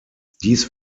dies